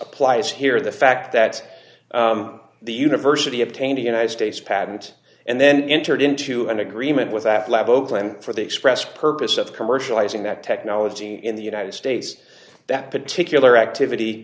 applies here the fact that the university obtained a united states patent and then entered into an agreement with that lab oakland for the express purpose of commercializing that technology in the united states that particular activity